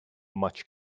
much